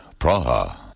Praha